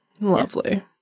lovely